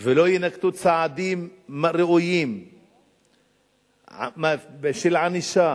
ולא יינקטו צעדים ראויים של ענישה